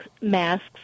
masks